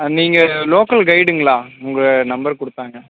நீங்கள் லோக்கல் கைடுங்ளா உங்க நம்பர் கொடுத்தாங்க